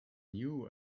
knew